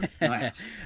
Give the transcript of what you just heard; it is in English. Nice